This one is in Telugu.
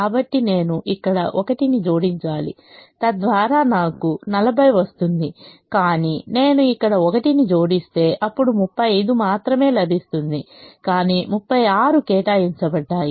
కాబట్టి నేను ఇక్కడ 1 ని జోడించాలి తద్వారా నాకు 40 వస్తుంది కాని నేను ఇక్కడ 1 ని జోడిస్తే అప్పుడు 35 మాత్రమే లభిస్తుంది కాని 36 కేటాయించబడ్డాయి